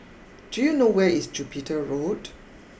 do you know where is Jupiter Road